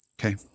Okay